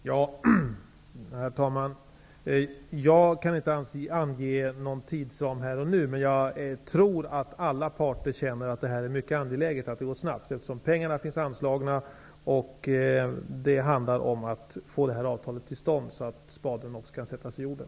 Herr talman! Jag kan inte ange någon tidsram här och nu. Men jag tror att alla parter känner att det är mycket angeläget att det här går snabbt. Pengar har ju anslagits. Det handlar om att få ett avtal till stånd här, så att spaden kan sättas i jorden.